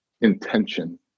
intention